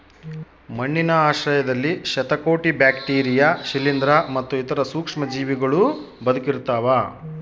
ಮಣ್ಣಿನ ಆಶ್ರಯದಲ್ಲಿ ಶತಕೋಟಿ ಬ್ಯಾಕ್ಟೀರಿಯಾ ಶಿಲೀಂಧ್ರ ಮತ್ತು ಇತರ ಸೂಕ್ಷ್ಮಜೀವಿಗಳೂ ಬದುಕಿರ್ತವ